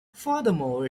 furthermore